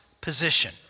position